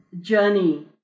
journey